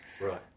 Right